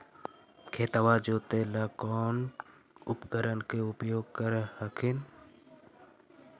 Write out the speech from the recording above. खेतबा जोते ला कौन उपकरण के उपयोग कर हखिन?